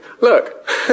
look